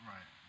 Right